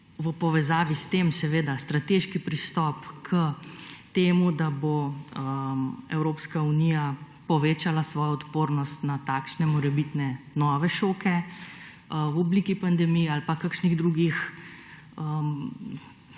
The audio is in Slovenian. V povezavi s tem seveda strateški pristop k temu, da bo Evropska unija povečala svojo odpornost na morebitne nove šoke v obliki pandemije ali kakšnih drugih